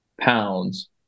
pounds